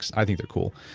i think they are cool.